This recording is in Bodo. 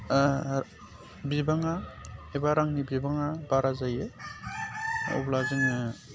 बिबाङा एबा रांनि बिबाङा बारा जायो अब्ला जोङो